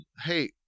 hey